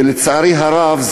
ולצערי הרב,